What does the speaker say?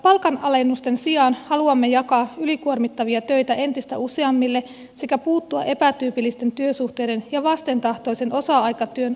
palkanalennusten sijaan haluamme jakaa ylikuormittavia töitä entistä useammille sekä puuttua epätyypillisten työsuhteiden ja vastentahtoisen osa aikatyön ongelmiin